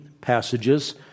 passages